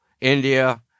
India